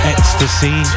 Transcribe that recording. Ecstasy